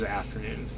afternoon